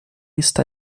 está